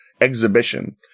Exhibition